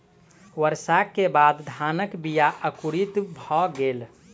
वर्षा के बाद धानक बीया अंकुरित भअ गेल